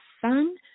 sun